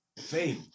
fame